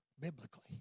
biblically